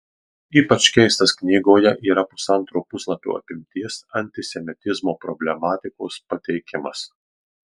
ypač keistas knygoje yra pusantro puslapio apimties antisemitizmo problematikos pateikimas